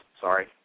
Sorry